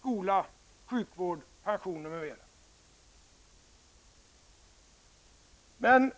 skola, sjukvård, pensioner m.m.